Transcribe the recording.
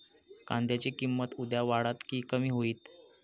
कांद्याची किंमत उद्या वाढात की कमी होईत?